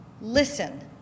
listen